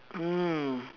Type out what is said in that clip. mm